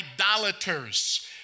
idolaters